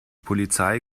polizei